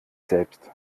selbst